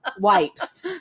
wipes